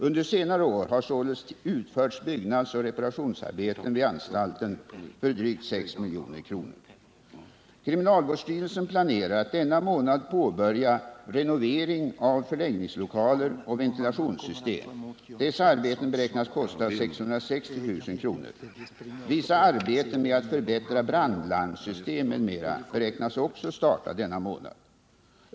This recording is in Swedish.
Under senare år har således utförts byggnadsoch reparationsarbeten vid anstalten för drygt 6 milj.kr. Kriminalvårdsstyrelsen planerar att denna månad påbörja renovering av förläggningslokaler och ventilationssystem. Dessa arbeten beräknas kosta 660 000 kr. Vissa arbeten med att förbättra brandlarmssystem m.m. beräknas också starta denna månad.